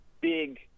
big